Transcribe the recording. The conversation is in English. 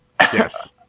Yes